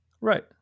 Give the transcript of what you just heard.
Right